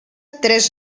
tres